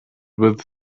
with